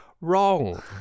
wrong